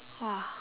!wah!